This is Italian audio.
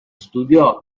studiò